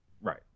Right